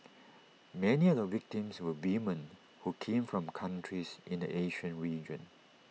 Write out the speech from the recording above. many of the victims were women who came from countries in the Asian region